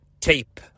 tape